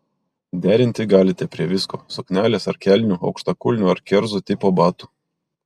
derinti galite prie visko suknelės ar kelnių aukštakulnių ar kerzų tipo batų